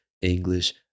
English